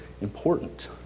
important